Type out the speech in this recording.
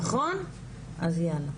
נכון, אז יאללה.